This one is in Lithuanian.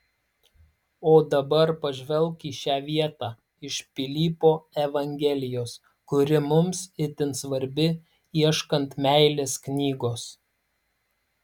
o dabar pažvelk į šią vietą iš pilypo evangelijos kuri mums itin svarbi ieškant meilės knygos